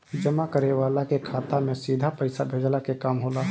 जमा करे वाला के खाता में सीधा पईसा भेजला के काम होला